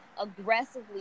aggressively